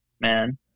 man